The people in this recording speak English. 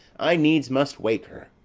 i needs must wake her.